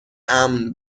امن